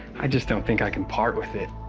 i just don't think i can part with it.